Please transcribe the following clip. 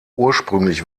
ursprünglich